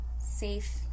safe